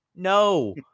No